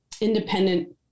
independent